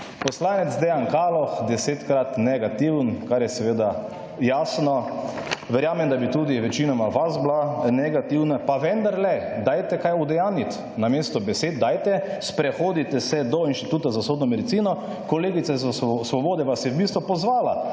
Poslanec Dejan Kaloh, desetkrat negativen, kar je seveda jasno. Verjamem, da bi tudi večina vas bila negativna. Pa vendarle dajte kaj udejanjiti. Namesto besed dajte, sprehodite se do Inštituta za sodno medicino, kolegice iz Svobode vas je v bistvu pozvala,